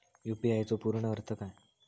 UPI चो पूर्ण अर्थ काय?